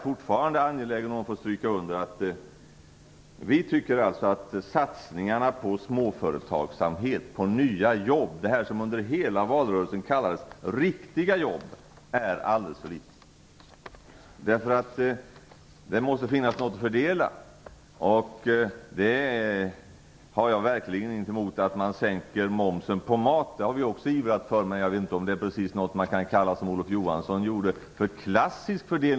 Vi tycker alltså att satsningen på småföretagsamhet, på nya jobb - på det som under hela valrörelsen kallades riktiga jobb - är alldeles för liten. Det måste finnas något att fördela! Jag har verkligen ingenting emot att man sänker momsen på mat - det har vi också ivrat för - men jag vet inte om det är något som man kalla för klassisk fördelningspolitik, som Olof Johansson gjorde.